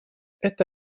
это